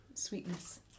sweetness